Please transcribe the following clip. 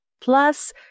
plus